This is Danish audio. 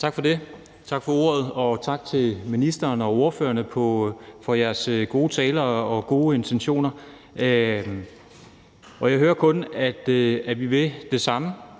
Knuth (V): Tak for ordet, og tak til ministeren og ordførerne for jeres gode taler og gode intentioner. Jeg hører kun, at vi vil det samme,